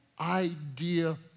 idea